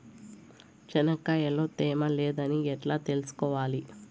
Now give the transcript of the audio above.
చెనక్కాయ లో తేమ లేదని ఎట్లా తెలుసుకోవాలి?